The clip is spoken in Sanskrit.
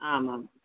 आमाम्